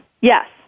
Yes